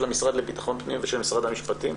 המשרד לביטחון הפנים ושל משרד המשפטים,